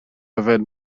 yfed